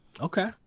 Okay